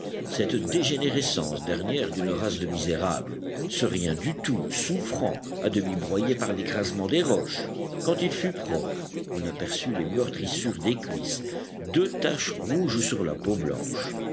cette dégénérescence dernière d'une race de misérables ce rien du tout souffrant à demi broyé par l'écrasement des roches quand il fut propre on aperçut les meurtrissures des cuisses deux taches rouges sur la peau blanche